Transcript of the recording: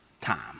time